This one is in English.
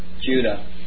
Judah